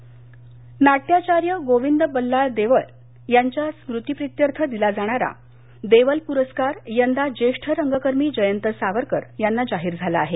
सांगली नाट्याचार्य गोविंद बल्लाळ देवल यांच्या स्मरणार्थ देण्यात येणारा देवल पुरस्कार यंदा ज्येष्ठ रंगकर्मी जयंत सावरकर यांना जाहीर झाला आहे